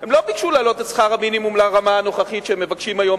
הם לא ביקשו להעלות את שכר המינימום לרמה הנוכחית שהם מבקשים היום,